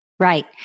Right